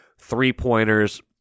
three-pointers